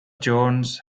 jones